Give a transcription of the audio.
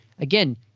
again